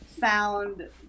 found